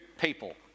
people